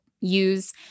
use